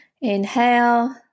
inhale